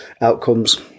outcomes